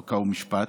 חוק ומשפט,